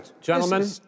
gentlemen